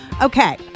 Okay